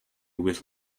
with